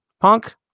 punk